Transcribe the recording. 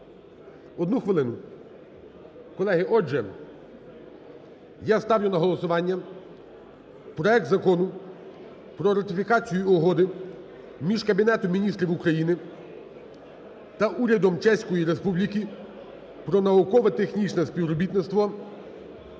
Одну хвилину. Колеги, отже, я ставлю на голосування проект Закону про ратифікацію Угоди між Кабінетом Міністрів України та Урядом Чеської Республіки про науково-технологічне співробітництво